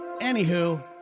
Anywho